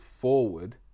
forward